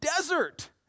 desert